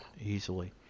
easily